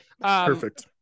Perfect